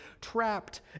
trapped